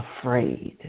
afraid